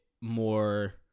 more